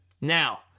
Now